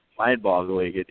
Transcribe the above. mind-boggling